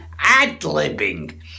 ad-libbing